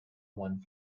one